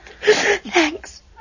Thanks